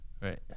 right